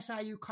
SIU